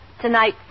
Tonight